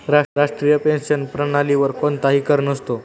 राष्ट्रीय पेन्शन प्रणालीवर कोणताही कर नसतो